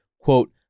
quote